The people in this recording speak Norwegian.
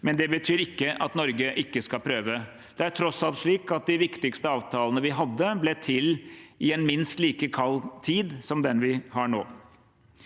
men det betyr ikke at Norge ikke skal prøve. Det er tross alt slik at de viktigste avtalene vi hadde, ble til i en minst like kald tid som den vi har nå.